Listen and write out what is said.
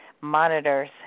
monitors